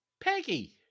Peggy